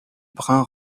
bruins